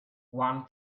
one